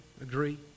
agree